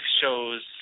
shows